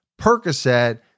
Percocet